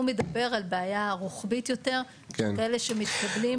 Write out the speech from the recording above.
הוא מדבר על בעיה רוחבית יותר, כאלה שמתקבלים